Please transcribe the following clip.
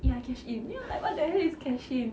ya cash in then I'm like what the hell is cash in